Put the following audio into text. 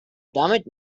damit